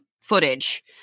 footage